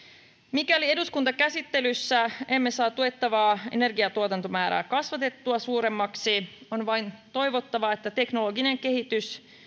mikäli eduskuntakäsittelyssä emme saa tuettavaa energiatuotantomäärää kasvatettua suuremmaksi on vain toivottava että teknologinen kehitys